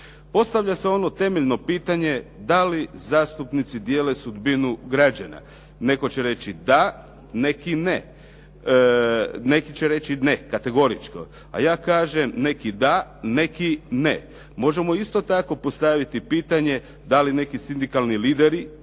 Postavlja se ono temeljno pitanje da li zastupnici dijele sudbina građana. Netko će reći da, neki ne. Neki će reći ne kategoričko, a ja kažem neki da, neki ne. Možemo isto tako postaviti pitanje da li neki sindikalni lideri